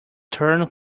turned